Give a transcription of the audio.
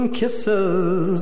kisses